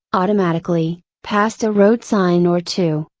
automatically, past a road sign or two,